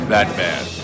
Batman